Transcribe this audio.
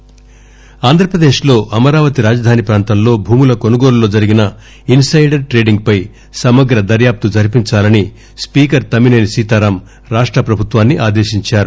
AP Andhra Pradesh లో అమరావతి రాజధాని ప్రాంతంలో భూముల కొనుగోలులో జరిగిన ఇస్ సైడర్ ట్రేడింగ్ పై సమగ్ర దర్యాప్తు జరిపించాలని స్పీకర్ తమ్మినేని సీతారామ్ రాష్ట ప్రభుత్వాన్ని ఆదేశించారు